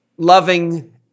loving